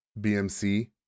BMC